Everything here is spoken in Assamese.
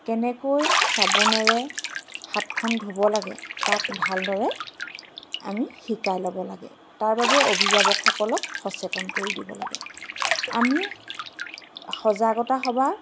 কেনেকৈ চাবোনেৰে হাতখন ধুব লাগে তাত ভালদৰে আমি শিকাই ল'ব লাগে তাৰ বাবে অভিভাৱকসকলক সচেতন কৰি দিব লাগে আমি সজাগতা সভা